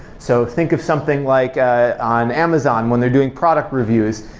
so think of something like ah on amazon when they're doing product reviews.